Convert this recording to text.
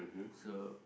so